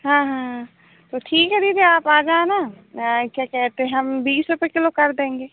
हाँ हाँ तो ठीक है दीदी आप आ जाना क्या कहते हम बीस रुपए किलो कर देंगे